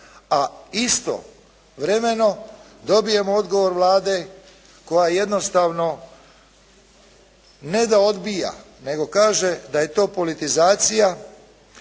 a istovremeno dobijemo odgovor Vlade koja jednostavno ne da odbija nego kaže da je to politizacija